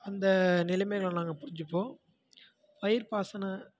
அந்த நிலைமைகளை நாங்கள் புரிஞ்சுப்போம் பயிர்ப்பாசன